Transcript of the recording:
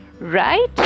Right